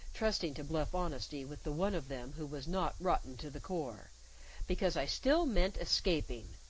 trusting to bluff honesty with the one of them who was not rotten to the core because i still meant escaping.